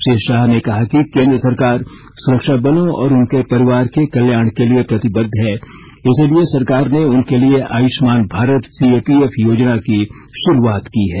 श्री शाह ने कहा कि केंद्र सरकार सुरक्षा बलों और उनके परिवार के कल्याण के लिए प्रतिबद्ध है इसी लिए सरकार ने उनके लिए आयुष्मान भारत सीएपीएफ योजना की शुरूआत की है